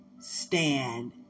stand